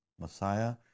Messiah